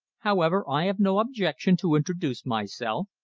however, i have no objection to introduce myself.